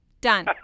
Done